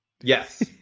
Yes